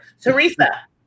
Teresa